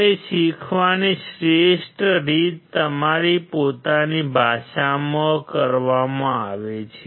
અને શીખવાની શ્રેષ્ઠ રીત તમારી પોતાની ભાષામાં કરવામાં આવે છે